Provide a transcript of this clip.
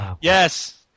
Yes